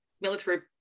military